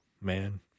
Man